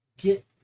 get